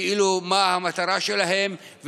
מה המטרה שלהם,